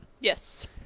Yes